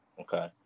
okay